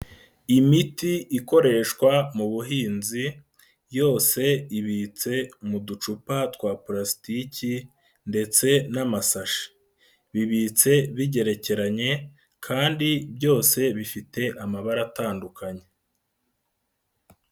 Imiti ikoreshwa mu buhinzi, yose ibitse mu ducupa twa pulasitiki ndetse n'amasashi. Bibitse bigerekeranye kandi byose bifite amabara atandukanye.